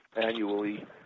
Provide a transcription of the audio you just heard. annually